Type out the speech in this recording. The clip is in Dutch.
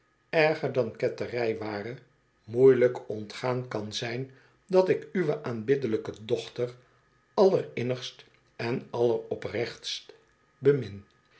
erger dan ketterij ware moeielijk ontgaan kan zijn dat ik uwe aanbiddelijke dochter allerinnigst en alleroprechtst bemin